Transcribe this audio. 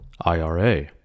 IRA